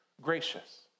gracious